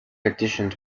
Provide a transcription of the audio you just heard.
additions